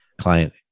client